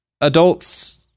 adults